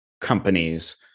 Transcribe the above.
companies